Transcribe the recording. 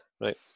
Right